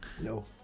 No